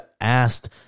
asked